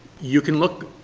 you can look,